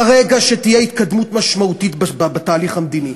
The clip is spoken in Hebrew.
ברגע שתהיה התקדמות משמעותית בתהליך המדיני,